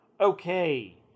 Okay